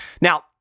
Now